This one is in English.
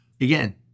again